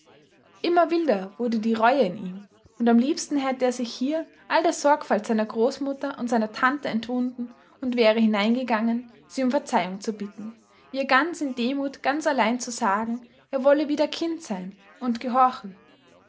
immer wilder wurde die reue in ihm und am liebsten hätte er sich hier all der sorgfalt seiner großmutter und seiner tante entwunden und wäre hineingegangen sie um verzeihung zu bitten ihr ganz in demut ganz allein zu sagen er wolle wieder kind sein und gehorchen